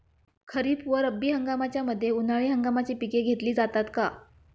खरीप व रब्बी हंगामाच्या मध्ये उन्हाळी हंगामाची पिके घेतली जातात का?